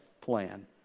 plan